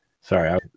sorry